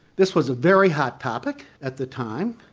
this was a very hot topic at the time,